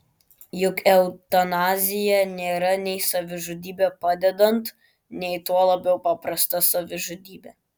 juk eutanazija nėra nei savižudybė padedant nei tuo labiau paprasta savižudybė